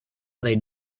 they